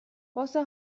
واسه